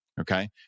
Okay